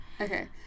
Okay